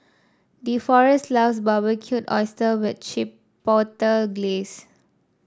Deforest loves Barbecued Oyster with Chipotle Glaze